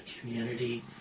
community